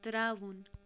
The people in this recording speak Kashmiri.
ترٛاوُن